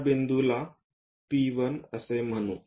त्या बिंदूला P1 असे म्हणू